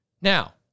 Now